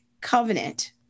covenant